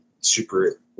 super